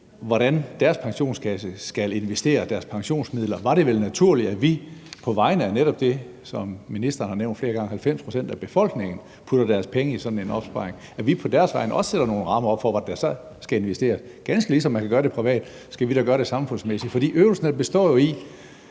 hvordan deres pensionskasse skal investere deres pensionsmidler, var det vel naturligt, at vi på vegne af netop det, som ministeren har nævnt flere gange, nemlig 90 pct. af befolkningen, der putter deres penge i sådan en opsparing, også sætter nogle rammer op for, hvordan der skal investeres. Ganske ligesom man kan gøre det privat, skal vi da gøre det samfundsmæssigt. For øvelsen består jo i,